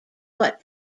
what